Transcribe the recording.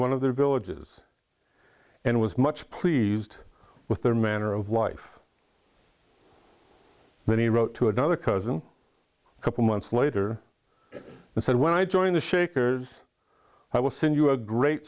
one of their villages and was much pleased with their manner of life then he wrote to another cousin a couple months later and said when i join the shakers i will send you a great